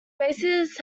bases